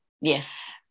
Yes